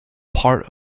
part